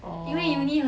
orh